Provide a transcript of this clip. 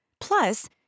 Plus